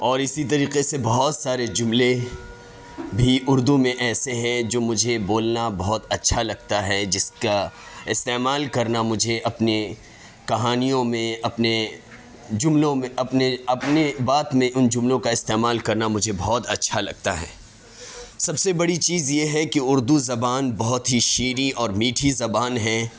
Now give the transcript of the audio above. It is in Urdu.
اور اسی طریقے سے بہت سارے جملے بھی اردو میں ایسے ہیں جو مجھے بولنا بہت اچھا لگتا ہے جس کا استعمال کرنا مجھے اپنے کہانیوں میں اپنے جملوں میں اپنے اپنے بات میں ان جملوں کا استعمال کرنا مجھے بہت اچھا لگتا ہے سب سے بڑی چیز یہ ہے کہ اردو زبان بہت ہی شیریں اور میٹھی زبان ہے